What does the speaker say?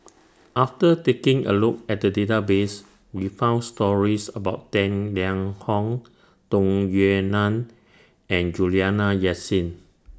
after taking A Look At The Database We found stories about Tang Liang Hong Tung Yue Nang and Juliana Yasin